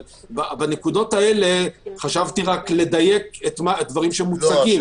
אבל בנקודות האלה חשבתי רק לדייק את הדברים שמוצגים,